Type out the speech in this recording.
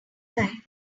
life